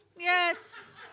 Yes